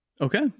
okay